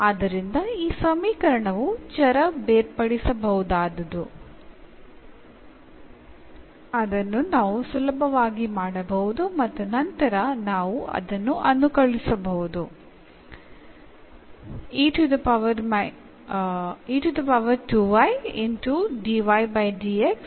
അതിനാൽ ഈ സമവാക്യം വേരിയബിൾ സെപറബിൾ ഫോമിലാണ് അത് നമുക്ക് എളുപ്പത്തിൽ ഇൻറെഗ്രേറ്റ് ചെയ്യാൻ കഴിയും